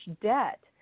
debt